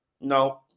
No